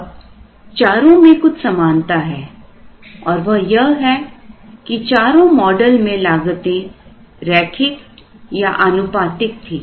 अब चारों में कुछ समानता है और वह यह है कि चारों मॉडल में लागतें रैखिक या आनुपातिक थी